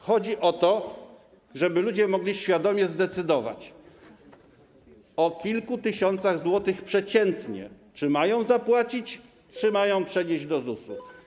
Chodzi o to, żeby ludzie mogli świadomie zdecydować o kilku tysiącach złotych przeciętnie - czy mają zapłacić, czy mają je przenieść do ZUS-u.